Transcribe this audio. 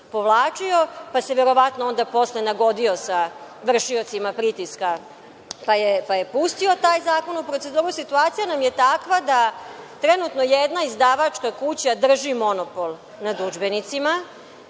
pa se verovatno onda posle nagodio sa vršiocima pritiska, pa je pustio taj zakon u proceduru. Situacija nam je takva da trenutno jedna izdavačka kuća drži monopol nad udžbenicima,